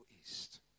East